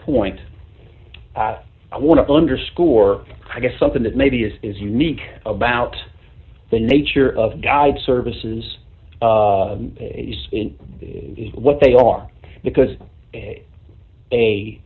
point i want to underscore i guess something that maybe it is unique about the nature of god services in what they are because a